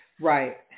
Right